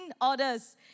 orders